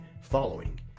following